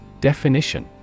Definition